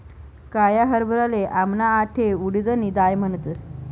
काया हरभराले आमना आठे उडीदनी दाय म्हणतस